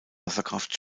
wasserkraft